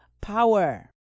power